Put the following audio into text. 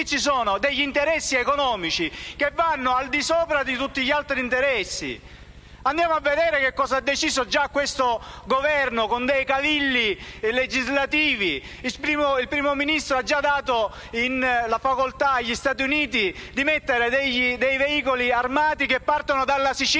ci sono degli interessi economici che vanno al di sopra di tutti gli altri interessi. Andiamo a vedere che cosa ha già deciso questo Governo con dei cavilli legislativi. Il Primo Ministro ha già dato facoltà agli Stati Uniti di dispiegare dei veicoli armati che partono dalla Sicilia: